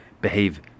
behave